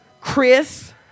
Chris